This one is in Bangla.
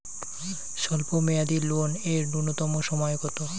স্বল্প মেয়াদী লোন এর নূন্যতম সময় কতো?